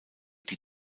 die